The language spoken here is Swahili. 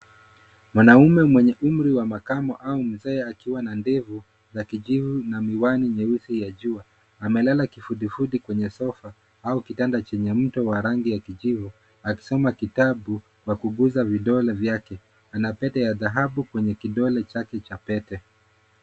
Mwanaume mwenye umri wa makamo au mzee akiwa na ndevu za kijivu na miwani nyeusi ya jua, amelala kifudifudi kwenye sofa, au kitanda chenye mto wa rangi ya kijivu akisoma kitabu kwa kuguza vidole vyake, ana pete ya dhahabu kwenye kidole chake cha pete.